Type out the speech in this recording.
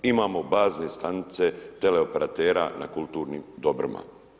Imamo bazne stanice tele operatera na kulturnim dobrima.